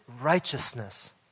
righteousness